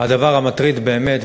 הדבר המטריד באמת,